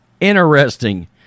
Interesting